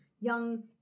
young